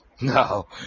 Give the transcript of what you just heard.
No